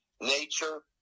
Nature